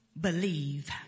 Believe